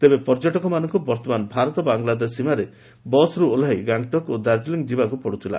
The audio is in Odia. ତେବେ ପର୍ଯ୍ୟଟକମାନଙ୍କୁ ବର୍ତ୍ତମାନ ଭାରତ ବାଂଲାଦେଶ ସୀମାରେ ବସ୍ରୁ ଓହ୍ଲାଇ ଗାଙ୍ଗ୍ଟକ୍ ଓ ଦାର୍ଜିଲିଂ ଯିବାକୁ ପଡ଼ୁଥିଲା